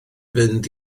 fynd